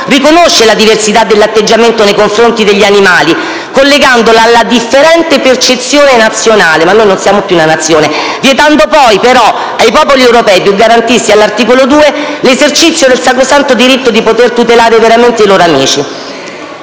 riconosce la diversità dell'atteggiamento nei confronti degli animali, collegandola alla differente percezione nazionale (ma noi non siamo più una Nazione), vietando però, poi, ai popoli europei più garantisti, l'esercizio del sacrosanto diritto di poter tutelare veramente i loro amici